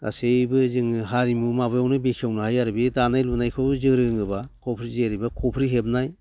गासैबो जोङो हारिमु माबायावनो बेखेवनो हायो आरो बे दानाय लुनायखौ जों रोङोबा खफ्रि जेनेबा खफ्रि हेबनाय